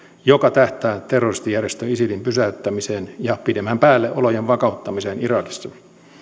joka tähtää terroristijärjestö isilin pysäyttämiseen ja pidemmän päälle olojen vakauttamiseen irakissa